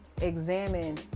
Examine